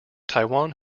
taiwan